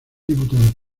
diputado